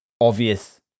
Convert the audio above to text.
obvious